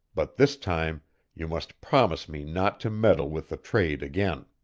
but this time you must promise me not to meddle with the trade again.